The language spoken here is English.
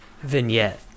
vignette